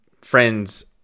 friends